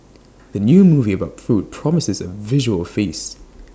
the new movie about food promises A visual feast